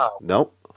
Nope